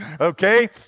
Okay